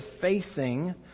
facing